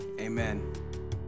amen